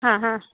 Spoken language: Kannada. ಹಾಂ ಹಾಂ